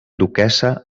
duquessa